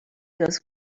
goes